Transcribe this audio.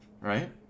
Right